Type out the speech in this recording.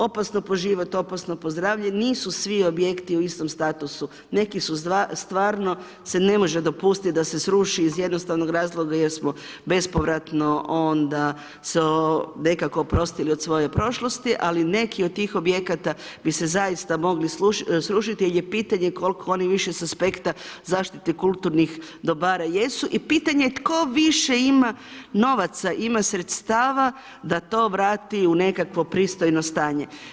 Opasno po život, opasno po zdravlje, nisu svi objekti u istom statusu, neki su stvarno se ne može dopustiti da se sruši iz jednostavnog razloga jer smo bespovratno onda se nekako oprostili od svoje prošlosti ali neki od tih objekata bi se zaista mogli srušiti jer je pitanje koliko oni više sa aspekta zaštite kulturnih dobara jesu i pitanje je tko više ima novaca, ima sredstava da to vrati u nekakvo pristojno stanje.